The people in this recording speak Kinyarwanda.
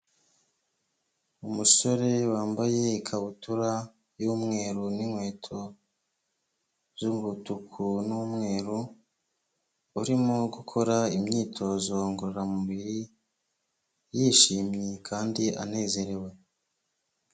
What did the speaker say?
Umusore wambaye ikabutura y'umweru n'inkweto z'umutuku n'umweru, urimo gukora imyitozo ngororamubiri yishimye kandi anezerewe.